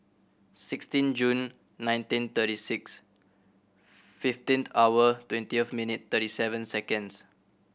sixteen June nineteen thirty six fifteenth hour twenty of minute thirty seven seconds